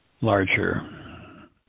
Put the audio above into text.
larger